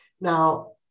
Now